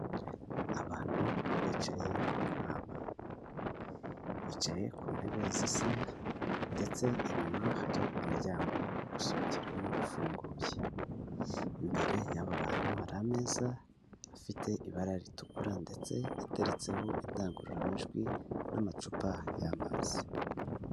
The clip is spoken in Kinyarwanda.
Abantu bicaye munama bicaye ku ntebe zisa ndetse inyuma hari umuryango wo gusohokeramo ufunguye imbere yaba bantu hari ameza afite ibara ritukura ndetse ateretseho indangururamajwi n'amacupa y'amazi.